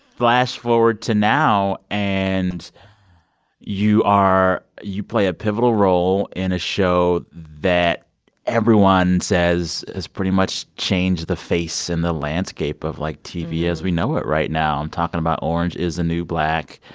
flash-forward to now. and you are you play a pivotal role in a show that everyone says has pretty much changed the face and the landscape of, like, tv as we know it right now. i'm talking about orange is the new black,